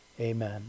Amen